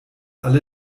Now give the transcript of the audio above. alle